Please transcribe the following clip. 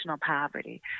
poverty